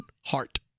heart